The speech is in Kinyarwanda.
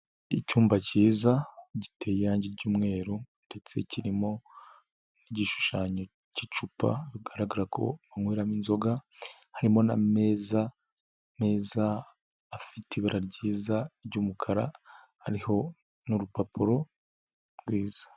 Icyumba kiza giteye irange ry'umweru ndetse kirimo n'igishushanyo k'icupa, bigaragara ko banyweramo inzoga, harimo n'ameza meza afite ibara ryiza ry'umukara, hariho n'urupapuro rwiza.